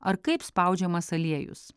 ar kaip spaudžiamas aliejus